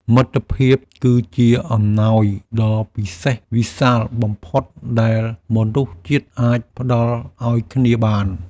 មិត្តភាពគឺជាអំណោយដ៏វិសេសវិសាលបំផុតដែលមនុស្សជាតិអាចផ្ដល់ឱ្យគ្នាបាន។